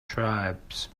tribes